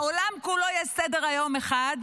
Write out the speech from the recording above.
בעולם כולו יש סדר-יום אחד,